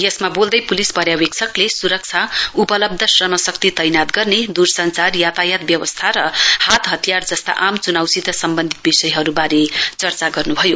यसमा बोल्दै प्लिस पर्यावेक्षकले स्रक्षा उपलब्ध श्रमशक्ति तैनाथ गर्ने द्र सांपर यातायात व्यवस्था र हात हतियार जस्ता आम चुनाउसित सम्बन्धित विषयबारे चर्चा गर्नु भयो